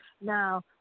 Now